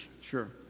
Sure